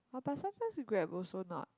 !wah! but sometimes grab also not